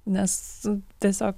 nes tiesiog